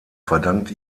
verdankt